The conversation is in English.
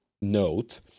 note